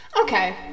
Okay